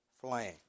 flame